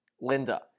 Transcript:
Linda